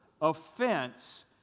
offense